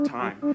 time